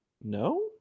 No